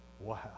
Wow